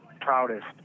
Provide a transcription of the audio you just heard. proudest